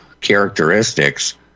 characteristics